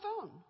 phone